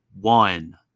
one